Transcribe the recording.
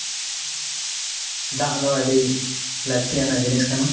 ᱫᱟᱜ ᱫᱚ ᱟᱹᱰᱤ ᱞᱟᱹᱠᱛᱤᱭᱟᱱᱟᱜ ᱡᱤᱱᱤᱥ ᱠᱟᱱᱟ